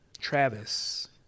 Travis